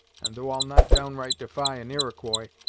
and though i'll not downright defy an iroquois,